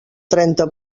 trenta